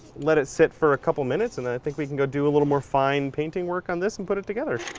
let it sit for a couple minutes and i think we can go do a little more fine painting work on this and put it together.